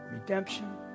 redemption